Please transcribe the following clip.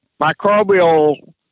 microbial